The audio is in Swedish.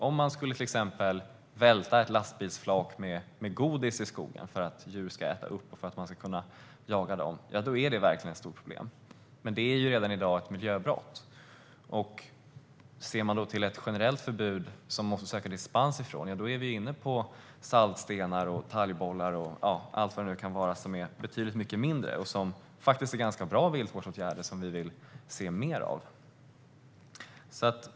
Skulle man till exempel välta ett lastbilsflak med godis i skogen för att djur ska äta upp det och man sedan ska jaga dem, ja, då är det ett stort problem. Det är dock redan i dag ett miljöbrott. Men ett generellt förbud som man måste söka dispens från skulle även gälla saltstenar, talgbollar och annat som är mycket mindre och faktiskt bra viltvårdsåtgärder som vi vill se mer av.